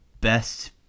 best